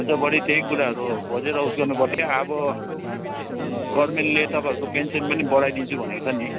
हुन्छ बडी त्यही कुराहरू खोजेर उस गर्नुपर्थ्यो अब गोभर्न्मेन्टले तपाईँहरूको पेन्सन पनि बढाइदिन्छु भनेको छ नि